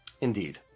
Indeed